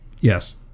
Yes